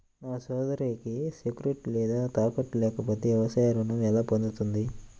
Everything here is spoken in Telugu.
నా సోదరికి సెక్యూరిటీ లేదా తాకట్టు లేకపోతే వ్యవసాయ రుణం ఎలా పొందుతుంది?